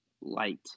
light